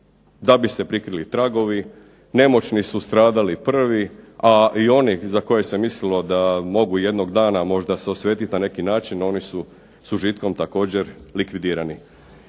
da bi se prikrili tragovi, nemoćni su stradali prvi, a i oni za koje se mislilo da mogu jednog dana možda se osvetit na neki način oni su s užitkom također likvidirani.